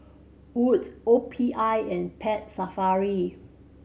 Wood's O P I and Pet Safari